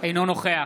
אינו נוכח